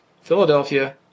Philadelphia